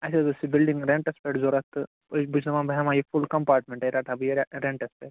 اسہِ حظ ٲسۍ یہِ بِلڈِنٛگ ریٚنٹَس پٮ۪ٹھ ضروٗرت تہٕ أسۍ بہٕ چھُس دَپان بہٕ ہیٚمہٕ ہا یہِ فُل کۄمپارٹمیٚنٹٔے رَٹہٕ ہا بہٕ یہِ ریٚنٹَس پٮ۪ٹھ